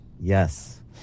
Yes